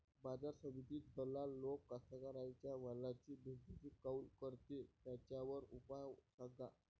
बाजार समितीत दलाल लोक कास्ताकाराच्या मालाची बेइज्जती काऊन करते? त्याच्यावर उपाव सांगा